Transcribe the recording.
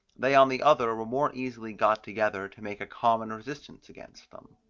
they on the other were more easily got together to make a common resistance against them.